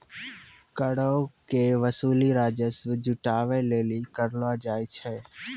करो के वसूली राजस्व जुटाबै लेली करलो जाय छै